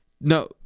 No